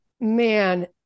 man